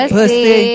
Pussy